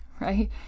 right